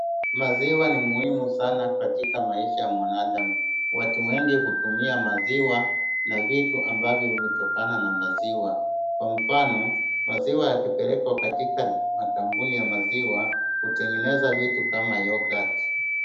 Maziwa ni muhimu sana katika maisha ya mwanadamu. Watu wengi hutumia maziwa na vitu ambavyo hutokana na maziwa. Kwa mfano maziwa yakipelekwa katika makampuni ya maziwa hutengeneza vitu kama yoghurt .